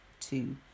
two